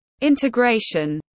Integration